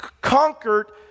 conquered